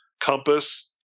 compass